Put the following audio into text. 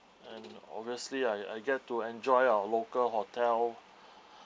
and obviously I I get to enjoy our local hotel